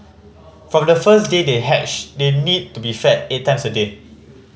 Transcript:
from the first day they hatch they need to be fed eight times a day